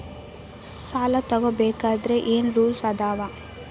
ಸಾಲ ತಗೋ ಬೇಕಾದ್ರೆ ಏನ್ ರೂಲ್ಸ್ ಅದಾವ?